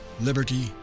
liberty